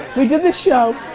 we did this show,